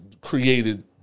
created